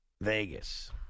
Vegas